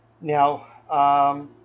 Now